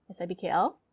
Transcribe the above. SIBKL